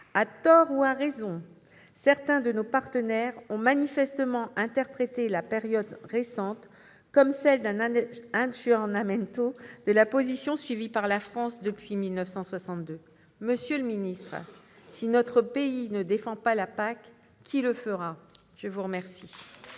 À tort ou à raison, certains de nos partenaires ont manifestement interprété la période récente comme celle d'un de la position suivie par la France depuis 1962. Monsieur le ministre, si notre pays ne défend pas la PAC, qui le fera ? Très bien